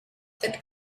that